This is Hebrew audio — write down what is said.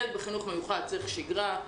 ילד בחינוך מיוחד צריך שגרה,